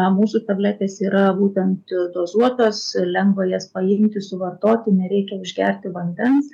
mūsų tabletės yra būtent dozuotos lengva jas paimti suvartoti nereikia užgerti vandens